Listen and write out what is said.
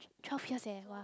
twelve years eh !wah!